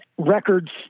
Records